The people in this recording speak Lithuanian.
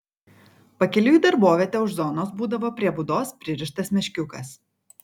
pakeliui į darbovietę už zonos būdavo prie būdos pririštas meškiukas